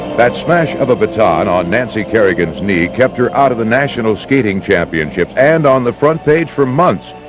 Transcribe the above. that's smash of a baton on nancy kerrigan's knee kept her out of the national skating championships and on the front page for months.